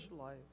life